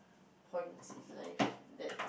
points in life that's